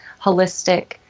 holistic